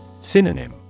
Synonym